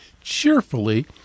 cheerfully